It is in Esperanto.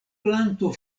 planto